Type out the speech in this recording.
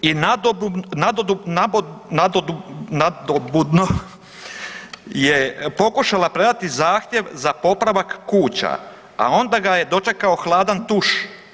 I nadobudno je pokušala predati zahtjev za popravak kuća, a onda ga je dočekao hladan tuš.